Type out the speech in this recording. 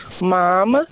mom